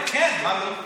כן, מה לא?